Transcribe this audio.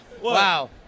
wow